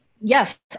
yes